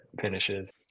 finishes